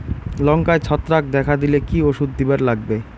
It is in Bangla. লঙ্কায় ছত্রাক দেখা দিলে কি ওষুধ দিবার লাগবে?